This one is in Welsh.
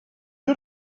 dod